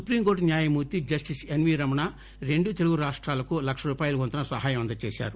supreme court న్యాయమూర్తి justice N V Ramana రెండు తెలుగు రాష్టాలకు లక్ష రూపాయల వంతున సహాయం అందజేశారు